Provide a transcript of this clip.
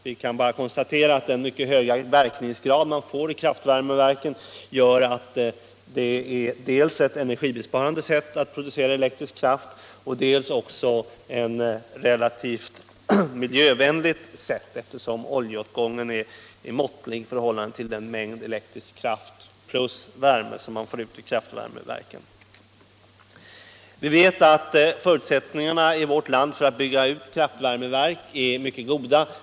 Vi kan bara konstatera att kraftvärmeverkens mycket höga verkningsgrad medför att det sättet att producera elektrisk kraft dels är energisparande, dels också är relativt miljövänligt eftersom oljeåtgången är måttlig i förhållande till den mängd elektrisk kraft och värme man får ut i kraftvärmeverken. Vi vet att förutsättningarna i vårt land för att bygga ut kraftvärme är mycket goda.